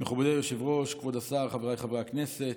מכובדי היושב-ראש, כבוד השר, חבריי חברי הכנסת,